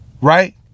right